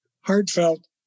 heartfelt